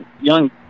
young